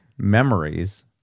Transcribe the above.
memories